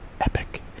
Epic